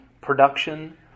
production